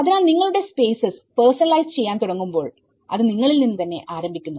അതിനാൽ നിങ്ങളുടെ spaces personalise ചെയ്യാൻ തുടങ്ങുമ്പോൾ അത് നിങ്ങളിൽ നിന്ന് ആരംഭിക്കുന്നു